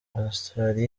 australia